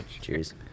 Cheers